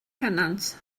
pennant